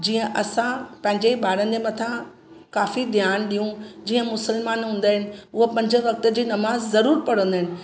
जीअं असां पंहिंजे ॿारनि जे मथां काफ़ी ध्यानु ॾियूं जीअं मुसलमान हूंदा आहिनि उहे पंज वक़्त जी नमाज़ ज़रूरु पढ़ंदा आहिनि